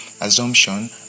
Assumption